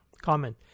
Comment